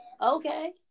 Okay